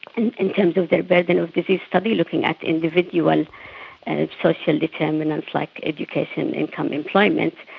and in terms of their burden of disease study, looking at individual and social determinants like education, income, employment,